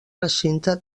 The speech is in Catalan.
recinte